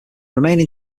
remaining